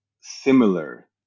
similar